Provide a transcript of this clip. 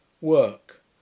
work